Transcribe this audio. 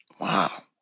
Wow